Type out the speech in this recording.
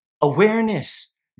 Awareness